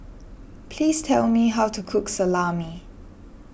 please tell me how to cook Salami